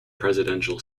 presidential